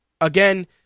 again